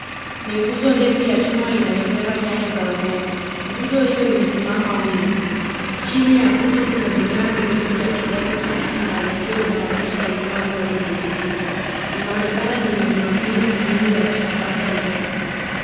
Ni nguzo ndefu ya chuma inayobeba nyaya za umeme. Nguzo hiyo imesimama wima. Chini ya nguzo kuna mimea mirefu ya kijani kibichi na uzio unaoonyesha eneo hilo limezungukwa. Inaonekana ni miundo mbinu muhimu ya kusambaza umeme.